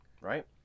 Right